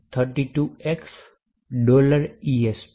gdb x 32x esp